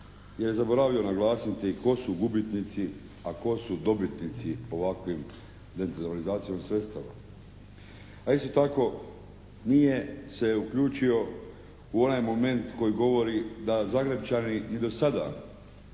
jer je zaboravio naglasiti tko su gubitnici, a tko su dobitnici ovakvim decentralizacijom sredstava, a isto tako nije se uključio u onaj moment koji govori da Zagrepčani ni do sada